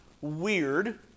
weird